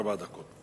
ארבע דקות.